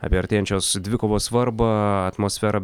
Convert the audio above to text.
apie artėjančios dvikovos svarbą atmosferą